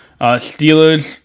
Steelers